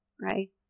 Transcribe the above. right